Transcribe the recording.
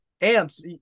amps